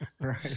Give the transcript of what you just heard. Right